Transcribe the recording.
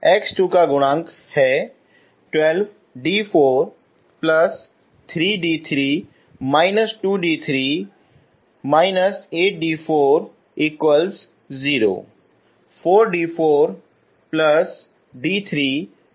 x2 का गुणांक है तो d3 क्या है